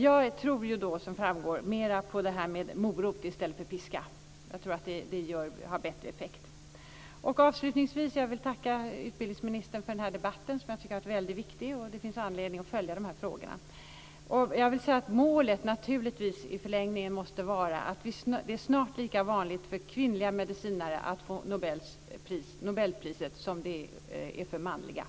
Jag tror, som framgår, mer på morot än på piska. Jag tror att det har bättre effekt. Avslutningsvis vill jag tacka utbildningsministern för den här debatten, som jag tycker har varit mycket viktig. Det finns anledning att följa de här frågorna. Målet måste naturligtvis i förlängningen vara att det snart är lika vanligt för kvinnliga medicinare att få nobelpriset som det är för manliga.